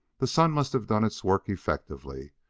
the sun must have done its work effectively,